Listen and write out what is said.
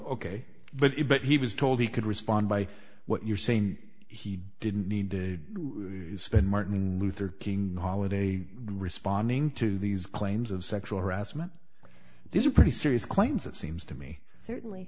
it but he was told he could respond by what you're saying he didn't need to spend martin luther king holiday responding to these claims of sexual harassment these are pretty serious claims it seems to me certainly